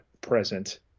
present